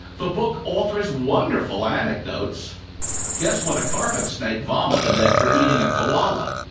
the book offers wonderful anecdotes guess what a carpet snake vomited after eating a koala?